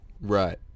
Right